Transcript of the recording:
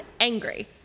angry